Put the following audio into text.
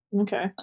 Okay